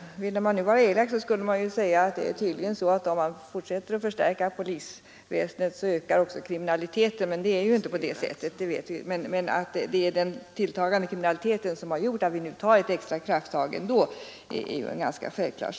Om man ville vara elak skulle man kunna säga att det tydligen är på det sättet att om man vill förstärka polisväsendet, så ökar också kriminaliteten, men vi vet att det inte förhåller sig så. Det är den tilltagande kriminaliteten som gjort att vi nu tar ett extra krafttag. Det är rätt självklart.